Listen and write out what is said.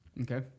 Okay